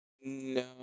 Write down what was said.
No